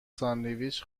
ساندویچ